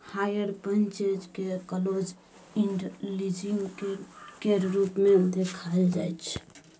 hire purchase केँ close end leasing केर रूप मे देखाएल जाइ छै